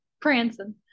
prancing